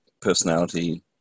personality